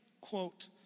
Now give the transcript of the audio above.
Quote